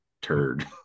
turd